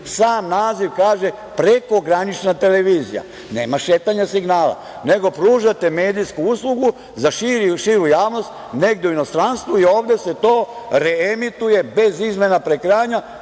sam naziv kaže prekogranična televizija, nema šetanja signala, nego pružate medijsku uslugu za širu javnost negde u inostranstvu i ovde se to reemituje bez izmena prekrajanja